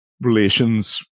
relations